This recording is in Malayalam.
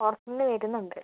പുറത്തുനിന്ന് വരുന്നുണ്ട്